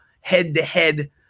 head-to-head